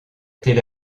tel